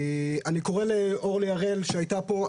אני קורא לאורלי אראל שהייתה פה,